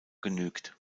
genügt